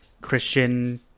Christian